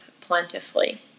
plentifully